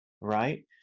right